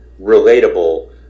relatable